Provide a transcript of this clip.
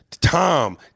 Tom